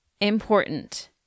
important